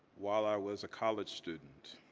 while i was a college student.